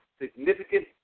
significant